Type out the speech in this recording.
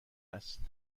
است